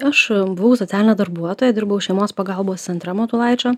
aš buvau socialinė darbuotoja dirbau šeimos pagalbos centre matulaičio